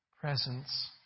presence